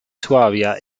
suabia